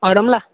ऑरमला